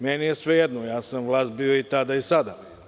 Meni je svejedno, ja sam vlast bio i tada i sada.